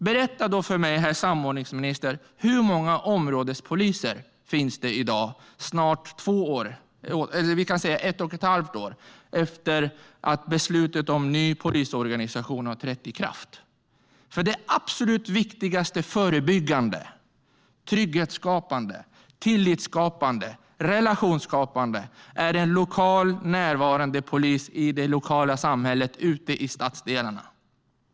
Berätta då för mig, herr samordningsminister: Hur många områdespoliser finns det i dag, ett och ett halvt år efter att beslutet om en ny polisorganisation trädde i kraft? Det absolut viktigaste förebyggande, trygghetsskapande, tillitsskapande och relationsskapande är en lokalt närvarande polis i det lokala samhället, ute i stadsdelarna.